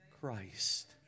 Christ